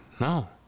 No